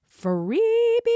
Freebie